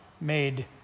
made